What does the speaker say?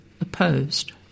opposed